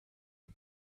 ihm